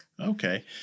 Okay